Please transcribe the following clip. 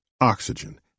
oxygen